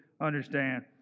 understand